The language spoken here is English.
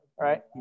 right